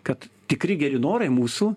kad tikri geri norai mūsų